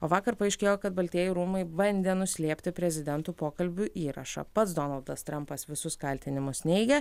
o vakar paaiškėjo kad baltieji rūmai bandė nuslėpti prezidentų pokalbių įrašą pats donaldas trampas visus kaltinimus neigia